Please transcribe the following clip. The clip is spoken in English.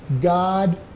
God